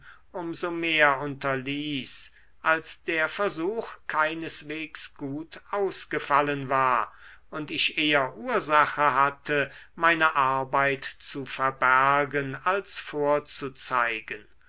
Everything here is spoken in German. so mehr unterließ als der versuch keineswegs gut ausgefallen war und ich eher ursache hatte meine arbeit zu verbergen als vorzuzeigen